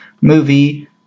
movie